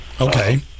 okay